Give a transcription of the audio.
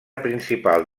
principal